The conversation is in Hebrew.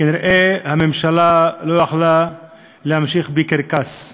כנראה הממשלה לא יכלה להמשיך בקרקס.